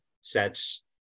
sets